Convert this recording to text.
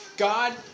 God